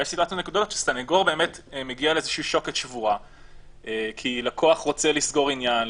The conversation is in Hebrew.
יש סיטואציה שסנגור מגיע לאיזושהי שוקת שבורה כי לקוח רוצה לסגור עניין,